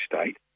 state